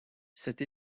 cette